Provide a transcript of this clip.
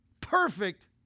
perfect